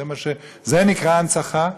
זאת נקראת הנצחה?